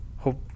hope